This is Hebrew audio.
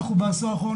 בעשור האחרון,